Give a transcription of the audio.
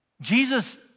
Jesus